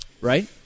right